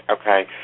okay